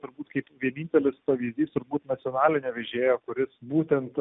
turbūt kaip vienintelis pavyzdys turbūt nacionalinio vežėjo kuris būtent